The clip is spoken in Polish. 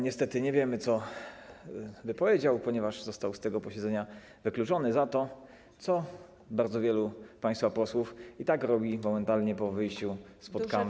Niestety nie wiemy, co by powiedział, ponieważ został z tego posiedzenia wykluczony za to, co bardzo wielu państwa posłów i tak robi momentalnie po wyjściu spod kamer.